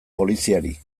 poliziari